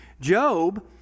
Job